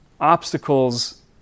obstacles